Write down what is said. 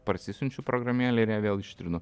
parsisiunčiu programėlę ir ją vėl ištrinu